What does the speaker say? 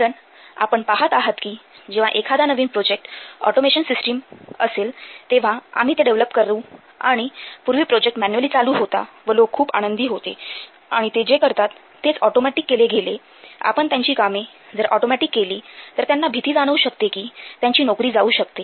कारण आपण पाहत आहात कि जेव्हा एखादा नवीन प्रोजेक्ट ऑटोमेशन सिस्टीम असेल तेव्हा आम्ही ते डेव्हलप करू आणि पूर्वी प्रोजेक्ट मॅन्युअली चालू होता व लोक खूप आनंदी होते आणि ते जे करतात तेच ऑटोमॅटिक केले गेले आपण त्यांची कामे जर ऑटोमॅटिक केली तर त्यांना भीती जाणवू शकते कि त्यांची नोकरी जाऊ शकते